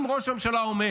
אם ראש הממשלה אומר